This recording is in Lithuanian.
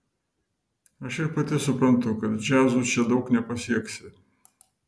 aš ir pati suprantu kad džiazu čia daug nepasieksi